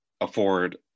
afford